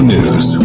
News